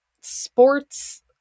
sports